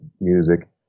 music